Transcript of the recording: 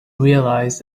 realized